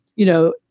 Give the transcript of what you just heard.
you know,